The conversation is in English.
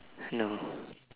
no